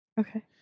Okay